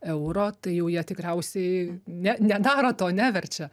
euro tai jau jie tikriausiai ne nedaro to neverčia